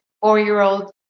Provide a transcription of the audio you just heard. four-year-old